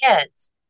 kids